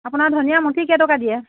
আপোনাৰ ধনিয়া মুঠি কেইটকা দিয়ে